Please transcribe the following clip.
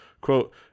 Quote